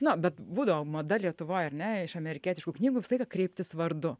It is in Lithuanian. na bet būdavo mada lietuvoj ar ne iš amerikietiškų knygų visą laiką kreiptis vardu